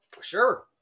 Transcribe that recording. Sure